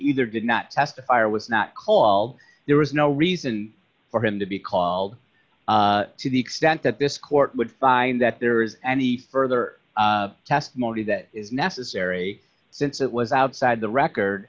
either did not testify or was not called there was no reason for him to be called to the extent that this court would find that there is any further testimony that is necessary since it was outside the record